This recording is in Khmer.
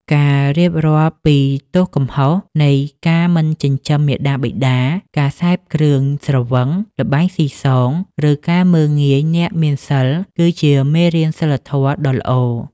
ការរៀបរាប់ពីទោសកំហុសនៃការមិនចិញ្ចឹមមាតាបិតា ការសេពគ្រឿងស្រវឹង ល្បែងស៊ីសង ឬការមើលងាយអ្នកមានសីល គឺជាមេរៀនសីលធម៌ដ៏ល្អ។